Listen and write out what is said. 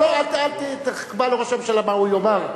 לא, אל תקבע לראש הממשלה מה הוא יאמר.